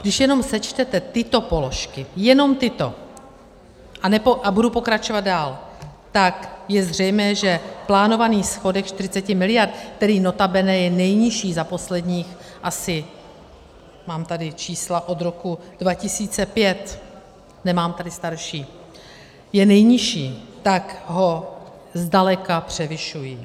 Když jenom sečtete tyto položky, jenom tyto, a budu pokračovat dál, tak je zřejmé, že plánovaný schodek 40 mld., který notabene je nejnižší za posledních asi, mám tady čísla od roku 2005, nemám tedy starší, je nejnižší, tak ho zdaleka převyšují.